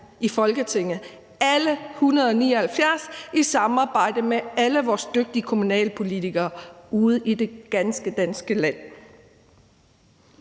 i Folketinget, alle 179 medlemmer, i samarbejde med alle vores dygtige kommunalpolitikere ude i det ganske danske land.